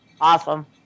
Awesome